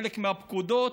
חלק מהפקודות,